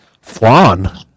Flan